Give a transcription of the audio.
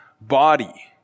body